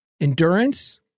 endurance